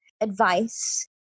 advice